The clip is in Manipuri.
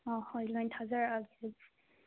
ꯑꯥ ꯍꯣꯏ ꯂꯣꯏ ꯊꯥꯖꯔꯛꯑꯒꯦ ꯑꯗꯨꯗꯤ